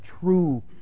true